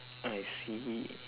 I see